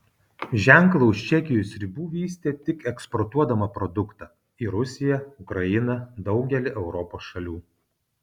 ženklą už čekijos ribų vystė tik eksportuodama produktą į rusiją ukrainą daugelį europos šalių